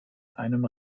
einem